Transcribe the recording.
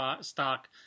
stock